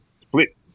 split